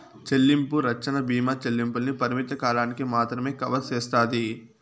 చెల్లింపు రచ్చన బీమా చెల్లింపుల్ని పరిమిత కాలానికి మాత్రమే కవర్ సేస్తాది